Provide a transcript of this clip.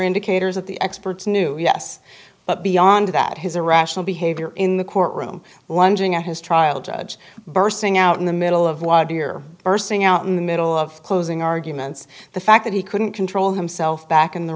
indicators that the experts knew yes but beyond that his irrational behavior in the courtroom lunging at his trial judge bursting out in the middle of what deer bursting out in the middle of closing arguments the fact that he couldn't control himself back in the